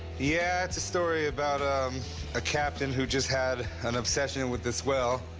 yeah, it's a story about um a captain who just had an obsession with this whale.